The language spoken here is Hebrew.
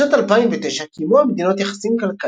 עד לשנת 2009 קיימו המדינות יחסים כלכליים,